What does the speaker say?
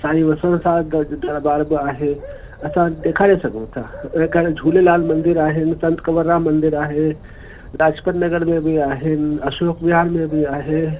साईं वसण शाह दरबार बि आहे असां ॾेखारे सघूं था हिकु हाणे झूलेलाल मंदर आहिनि संत कवरराम मंदरु आहे लाजपत नगर में बि आहिनि अशोक विहार में बि आहे